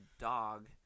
dog